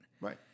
Right